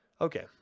Okay